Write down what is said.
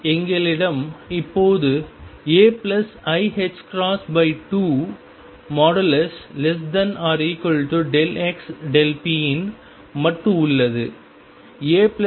எங்களிடம் இப்போது ai2xp இன் மட்டு உள்ளது